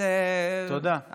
תודה.